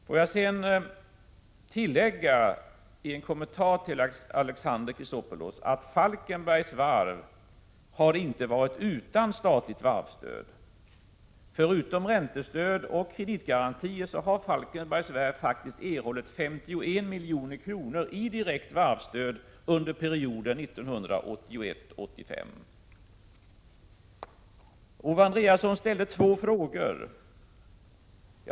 Får jag sedan tillägga i en kommentar till Alexander Chrisopoulos, att Falkenbergs Varv inte har varit utan statligt varvsstöd. Förutom räntestöd och kreditgarantier har Falkenbergs Varv faktiskt erhållit 51 milj.kr. i direkt varvsstöd under perioden 1981-1985. Owe Andréasson ställde två frågor.